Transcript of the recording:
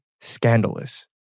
scandalous